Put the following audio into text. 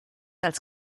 als